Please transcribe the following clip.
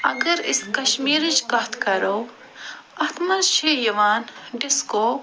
اگر أسۍ کشمیٖرٕچۍ کتھ کرو اَتھ منٛز چھِ یِوان ڈِسکو